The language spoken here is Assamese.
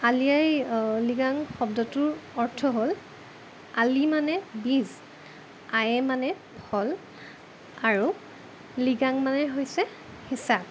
আলি আঃয়ে লৃগাং শব্দটোৰ অৰ্থ হ'ল আলি মানে বীজ আঃয়ে মানে ফল আৰু লৃগাং মানে হৈছে সিঁচা